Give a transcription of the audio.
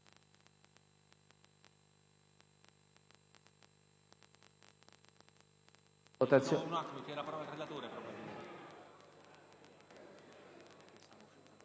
Grazie,